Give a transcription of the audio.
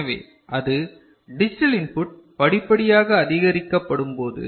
எனவே அது digital input படிப்படியாக அதிகரிக்கப்படும் போது